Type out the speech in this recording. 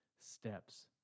steps